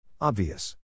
Obvious